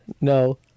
No